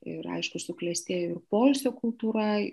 ir aišku suklestėjo ir poilsio kultūra